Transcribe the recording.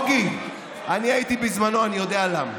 בוגי, אני הייתי בזמנו, אני יודע למה.